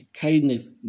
kindness